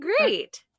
great